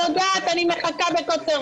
אני יודעת, אני מחכה בקוצר